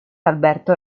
alberto